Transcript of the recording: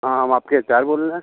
हाँ हम आपके एच आर बोल रहे हैं